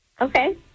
Okay